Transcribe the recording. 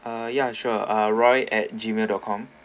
ah yeah sure ah roy at gmail dot com